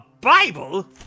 Bible